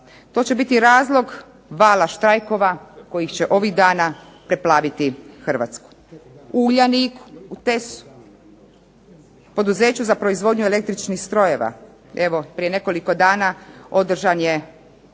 To će biti razlog vala štrajkova kojih će ovih dana preplaviti Hrvatsku. U "Uljaniku", u "TES-u", Poduzeću za proizvodnju električnih strojeva, evo prije nekoliko dana održan je dvosatni